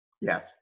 Yes